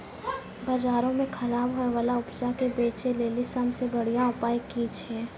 बजारो मे खराब होय बाला उपजा के बेचै लेली सभ से बढिया उपाय कि छै?